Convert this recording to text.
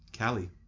Callie